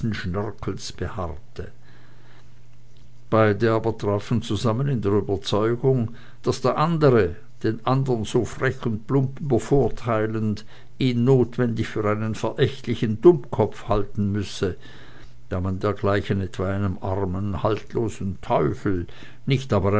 beharrte beide aber trafen zusammen in der überzeugung daß der andere den andern so frech und plump übervorteilend ihn notwendig für einen verächtlichen dummkopf halten müsse da man dergleichen etwa einem armen haltlosen teufel nicht aber